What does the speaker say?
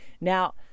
Now